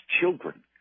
children